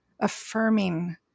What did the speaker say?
Affirming